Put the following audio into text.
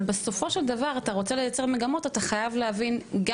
אבל בסופו של דבר כשאתה רוצה לייצר מגמות אתה צריך להבין גם